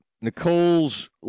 Nicole's